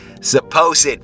supposed